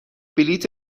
بلیت